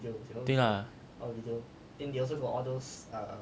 对啦